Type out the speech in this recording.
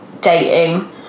dating